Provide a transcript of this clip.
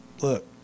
Look